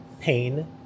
pain